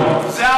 לפעול.